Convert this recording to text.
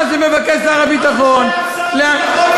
מה ששר הביטחון מבקש,